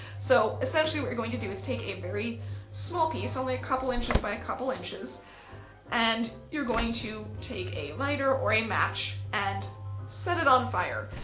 so essentially what you're going to do is, take a very small piece only a couple inches by a couple inches and you're going to take a lighter or a match and set it on fire.